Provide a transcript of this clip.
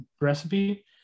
recipe